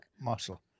muscle